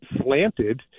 slanted